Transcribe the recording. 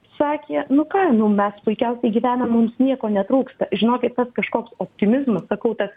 sakė nu ką nu mes puikiausiai gyvenam mums nieko netrūksta žinokit tas kažkoks optimizmas sakau tas